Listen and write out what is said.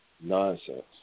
nonsense